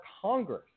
Congress